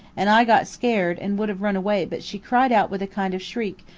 and i got scared and would have run away but she cried out with a kind of shriek,